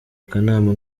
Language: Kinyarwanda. akanama